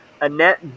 Annette